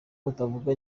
mutavuga